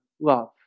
love